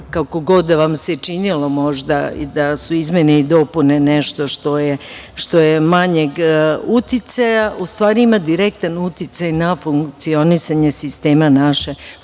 kako god da vam se činila možda i da su izmene i dopune nešto što je manjeg uticaja u stvari ima direktan uticaj na funkcionisanje sistema naše